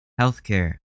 Healthcare